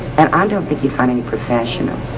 and um don't think you'd find any professional